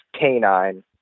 canine